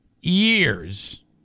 years